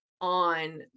on